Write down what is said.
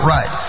Right